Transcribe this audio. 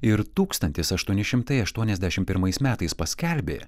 ir tūkstantis aštuoni šimtai aštuoniasdešimt pirmais metais paskelbė